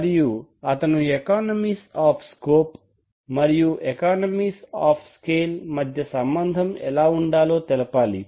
మరియు అతను economies of scope మరియు ఎకానమీస్ ఆఫ్ స్కేల్ మధ్య సంబంధం ఎలా ఉండాలో తెలపాలి